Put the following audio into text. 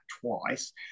twice